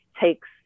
takes